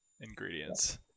ingredients